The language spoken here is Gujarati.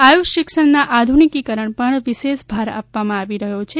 આયુષ શિક્ષણના આધુનિકીકરણ પર પણ વિશેષ ભાર આપવામાં આવી રહ્યો છે